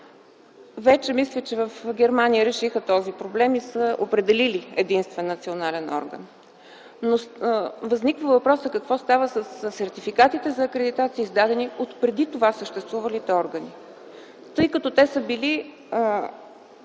Мисля, че в Германия вече решиха този проблем и са определили единствен национален орган. Възниква въпросът: какво става със сертификатите за акредитация, издадени от преди това съществувалите органи? Тъй като те са били